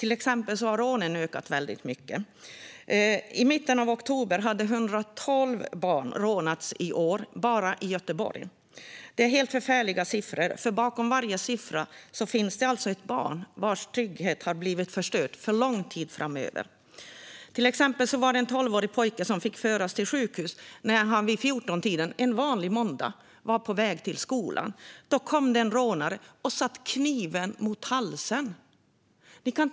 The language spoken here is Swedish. Till exempel har rånen ökat väldigt mycket. I mitten av oktober hade 112 barn rånats i år bara i Göteborg. Det är helt förfärliga siffror, för bakom varje siffra finns ett barn vars trygghet har blivit förstörd för lång tid framöver. Till exempel fick en tolvårig pojke föras till sjukhus när han vid 14-tiden en vanlig måndag var på väg till skolan och det kom en rånare och satte en kniv mot halsen på honom.